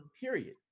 period